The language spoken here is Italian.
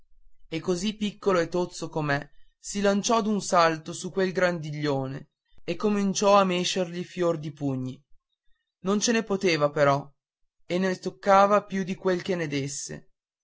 e così piccolo e tozzo com'è si lanciò d'un salto su quel grandiglione e cominciò a mescergli fior di pugni non ce ne poteva però e ne toccava più di quel che ne desse